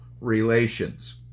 relations